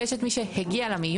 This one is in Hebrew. ויש את מי שהגיע למיון,